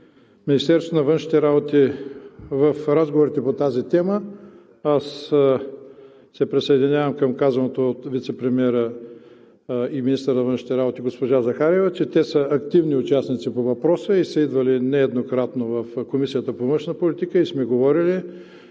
Министерството на външните работи в разговорите по тази тема се присъединявам към казаното от вицепремиера и министър на външните работи госпожа Захариева, че те са активни участници по въпроса, идвали нееднократно в Комисията по външна политика и сме говорили.